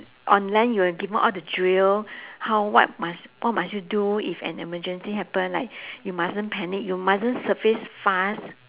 on land you were given all the drill how what must what must you do if an emergency happen like you mustn't panic you mustn't surface fast